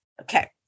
okay